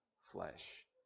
flesh